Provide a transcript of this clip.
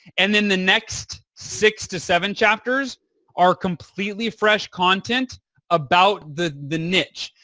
and then the next six to seven chapters are completely fresh content about the the niche.